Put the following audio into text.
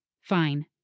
Fine